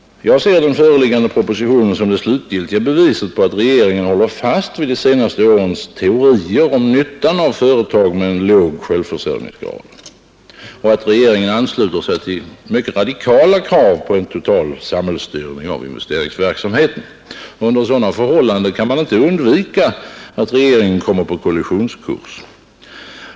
Jag ser den föreliggande propositionen som det slutliga beviset på att regeringen håller fast vid de senaste årens teorier om nyttan av företag med en låg självförsörjningsgrad och att regeringen ansluter sig till mycket radikala krav på en total samhällsstyrning av investeringsverksamheten. Under sådana förhållanden kan det inte undvikas att regeringen kommer på kollisionskurs.